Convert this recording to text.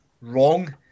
wrong